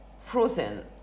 frozen